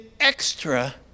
extra